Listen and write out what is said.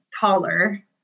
taller